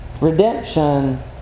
Redemption